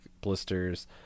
blisters